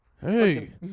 Hey